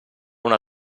una